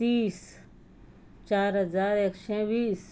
तीस चार हजार एकशें वीस